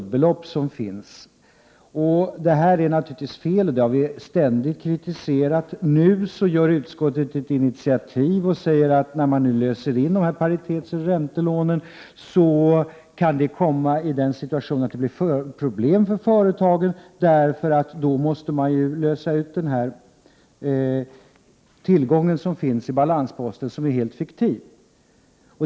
Detta är naturligtvis fel, vilket vi ständigt har kritiserat. Nu tar utskottet ett initiativ och säger att när dessa paritetsoch räntelån löses in kan en situation uppstå då företagen får problem, eftersom de måste lösa ut den tillgång som finns i balansräkningen och som är helt fiktiv.